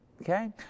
Okay